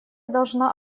должна